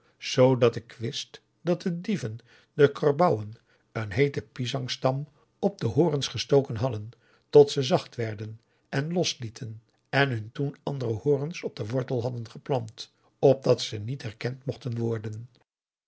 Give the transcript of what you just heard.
zoodat ik wist dat de dieven den karbouwen een heeten pisangstam op augusta de wit orpheus in de dessa de horens gestoken hadden tot ze zacht werden en loslieten en hun toen andere horens op den wortel hadden geplant opdat ze niet herkend mochten worden